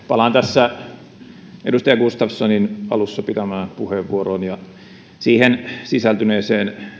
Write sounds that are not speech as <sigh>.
<unintelligible> palaan edustaja gustafssonin alussa pitämään puheenvuoroon ja siihen sisältyneeseen